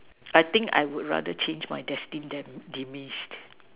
I think I would rather change my destined damn demise